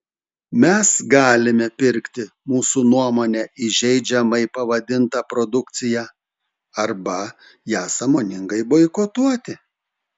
mes galime pirkti mūsų nuomone įžeidžiamai pavadintą produkciją arba ją sąmoningai boikotuoti